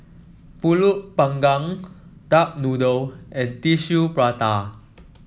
pulut panggang Duck Noodle and Tissue Prata